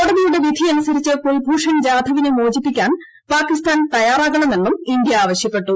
കോടതിയുടെ വിധിയനുസരിച്ച് കുൽഭൂഷൻ ജാധവിനെ മോചിപ്പിക്കാൻ പാകിസ്ഥാൻ തയ്യാറാകണമെന്നും ഇന്ത്യ ആവശ്യപ്പെട്ടു